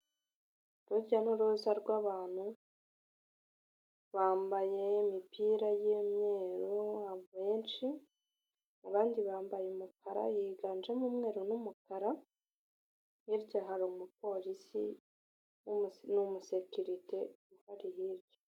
Urujya n'uruza rw'abantu bambaye imipira y'imyeru abenshi, abandi bambaye umukara yiganjemo umweru n'umukara, bityo hari umupolisi n'umusekerite uhari hirya.